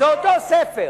זה אותו ספר.